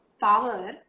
power